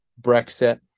brexit